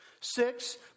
Six